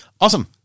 Awesome